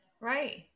Right